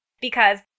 because-